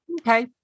okay